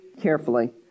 carefully